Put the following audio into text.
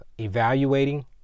Evaluating